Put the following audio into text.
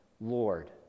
Lord